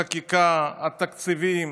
החקיקה, התקציבים,